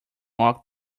walk